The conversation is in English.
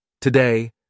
Today